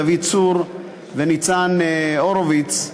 דוד צור וניצן הורוביץ,